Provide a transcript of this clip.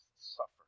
suffer